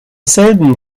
selben